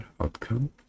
outcome